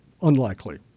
unlikely